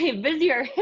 busier